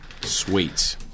Sweet